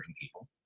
people